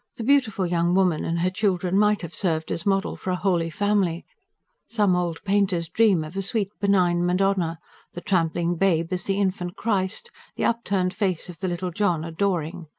the beautiful young woman and her children might have served as model for a holy family some old painter's dream of a sweet benign madonna the trampling babe as the infant christ the upturned face of the little john adoring.